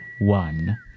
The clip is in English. one